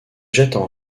jettent